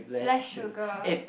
less sugar